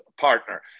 partner